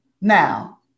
Now